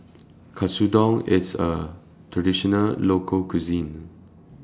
Katsudon IS A Traditional Local Cuisine